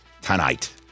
tonight